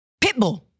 Pitbull